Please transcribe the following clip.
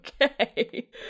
Okay